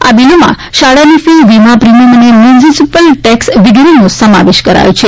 આ બીલોમાં શાળાની ફી વીમા પ્રિમીયમ અને મ્યુનીસીપલ ટેક્સ વગેરેનો સમાવેશ કરાયો છે